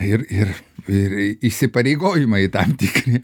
ir ir ir įsipareigojimai tam tikri